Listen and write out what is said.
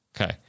okay